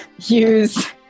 use